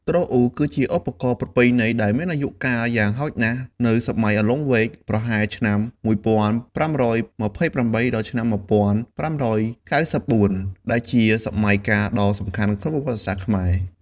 ទ្រអ៊ូ គឺជាឧបករណ៍ប្រពៃណីដែលមានអាយុកាលយ៉ាងហោចណាស់នៅសម័យ "លង្វែក" ប្រហែលឆ្នាំ ១៥២៨ ដល់ ១៥៩៤ ដែលជាសម័យកាលដ៏សំខាន់ក្នុងប្រវត្តិសាស្ត្រខ្មែរ។